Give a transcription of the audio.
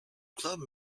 club